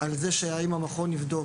על השאלה האם המכון יבדוק.